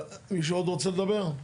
מישהו עוד רוצה לדבר?